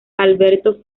alberto